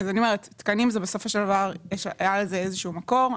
תקנים, בסופו של דבר היה איזשהו מקור.